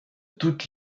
toutes